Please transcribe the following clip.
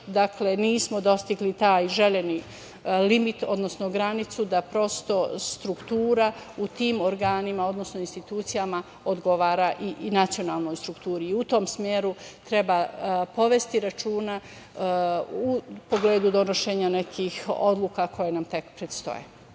dakle, nismo dostigli taj željeni limit, odnosno granicu da prosto struktura u tim organima, odnosno institucijama odgovara i nacionalnoj strukturi.U tom smeru treba povesti računa u pogledu donošenja nekih odluka koje nam tek predstoje.